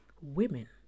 women